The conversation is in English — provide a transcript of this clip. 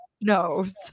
knows